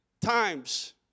times